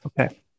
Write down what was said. Okay